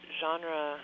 genre